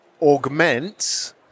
augment